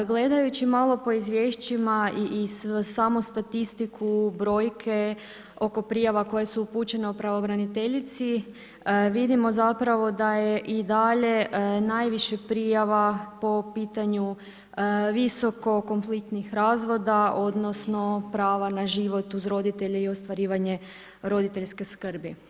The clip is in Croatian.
Gledajući malo po izvješćima i iz samo statistiku, brojke oko prijava koje su upućene pravobraniteljici, vidimo zapravo da je i dalje najviše prijava po pitanju visoko konfliktnih razvoda odnosno prava na život uz roditelje i ostvarivanje roditeljske skrbi.